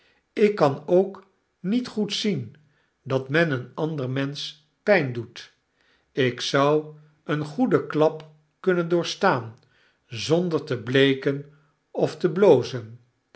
ik kan ook niet goed zien dat men een ander mensch pyn doet ik zou een goeden klap kunnen doorstaan zonder te bleeken ofte blozen